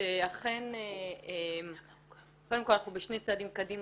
שאכן קודם כל אנחנו בשני צעדים קדימה,